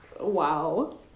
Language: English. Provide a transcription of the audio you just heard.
Wow